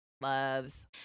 loves